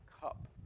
cup